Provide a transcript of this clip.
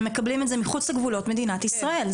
הם מקבלים את זה מחוץ לגבולות מדינת ישראל.